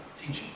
teaching